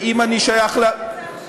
ואם אני שייך, אתה יכול לעשות את זה עכשיו.